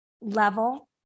level